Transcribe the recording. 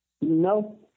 No